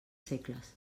segles